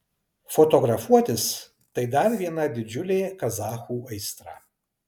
fotografuotis tai dar viena didžiulė kazachų aistra